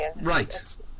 Right